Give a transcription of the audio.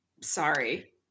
Sorry